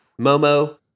Momo